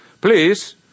Please